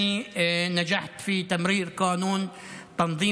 להלן תרגומם: בשנת 2008 הצלחתי בהעברת חוק להסדרת